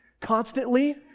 constantly